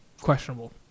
questionable